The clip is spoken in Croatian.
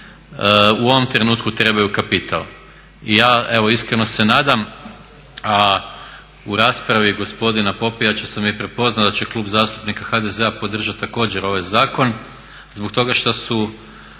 u ovom trenutku trebaju kapital. I ja evo iskreno se nadam a u raspravi gospodina Popijača sam i prepoznao da će Klub zastupnika HDZ-a podržati također ovaj zakon zbog toga što su